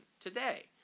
today